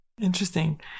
Interesting